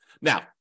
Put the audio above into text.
Now